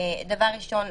דבר ראשון,